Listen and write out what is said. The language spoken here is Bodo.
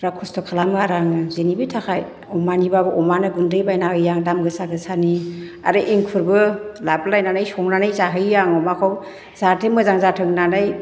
बिराद खस्थ' खालामो आरो आङो जेनिबो थाखाय अमानिबाबो अमानो गुन्दै बायना होयो आं दाम गोसा गोसानि आरो एंखुरबो लाबोलायनानै संनानै जाहोयो आं अमाखौ जाहाथे मोजां जाथों होन्नानै